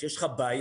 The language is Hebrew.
כשיש לך בעיה,